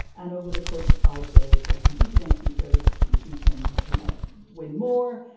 and over the course of five days, they compete against each other to see who can, you know, win more.